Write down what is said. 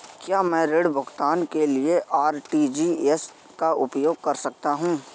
क्या मैं ऋण भुगतान के लिए आर.टी.जी.एस का उपयोग कर सकता हूँ?